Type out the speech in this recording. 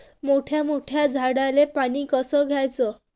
मोठ्या मोठ्या झाडांले पानी कस द्याचं?